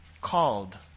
called